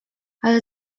ale